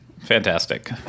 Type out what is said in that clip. fantastic